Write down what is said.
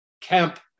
camp